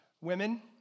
Women